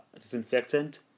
disinfectant